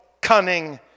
cunning